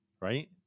Right